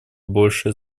большое